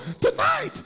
tonight